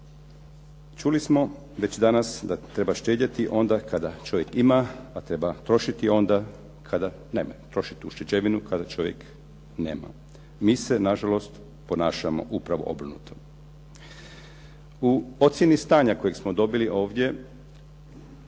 Čuli smo već danas da treba štedjeti onda kada čovjek ima, a treba trošiti onda kada nema. Trošiti ušteđevinu kada čovjek nema. Mi se nažalost ponašamo upravo obrnuto. U ocjeni stanja koje smo dobili ovdje